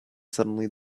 suddenly